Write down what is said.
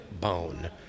bone